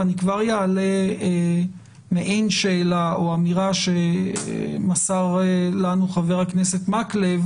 ואני כבר אעלה מעין שאלה או אמירה שמסר לנו חבר הכנסת מקלב,